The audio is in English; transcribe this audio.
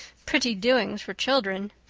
pretty doings for children.